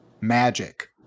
magic